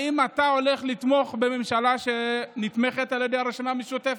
האם אתה הולך לתמוך בממשלה שנתמכת על ידי הרשימה המשותפת?